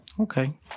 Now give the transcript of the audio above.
okay